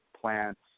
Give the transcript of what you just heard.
plants